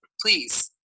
please